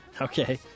Okay